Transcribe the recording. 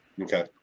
okay